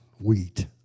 wheat